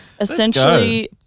essentially